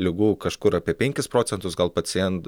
ligų kažkur apie penkis procentus gal pacient